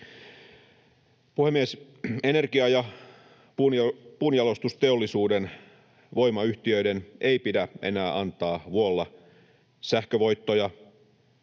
Puhemies! Energia- ja puunjalostusteollisuuden voimayhtiöiden ei pidä enää antaa vuolla sähkövoittoja